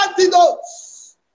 antidotes